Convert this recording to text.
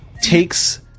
takes